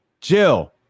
Jill